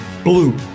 Blue